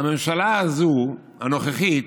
הממשלה הזו, הנוכחית,